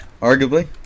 Arguably